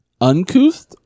uncouth